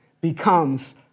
becomes